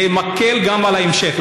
זה מקל גם על ההמשך.